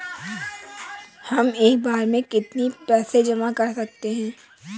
हम एक बार में कितनी पैसे जमा कर सकते हैं?